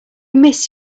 miss